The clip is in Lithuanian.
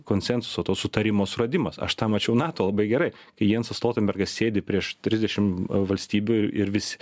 konsensuso to sutarimo suradimas aš tą mačiau nato labai gerai kai jansas stoltenbergas sėdi prieš trisdešimt valstybių ir vis